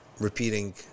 repeating